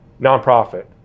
Nonprofit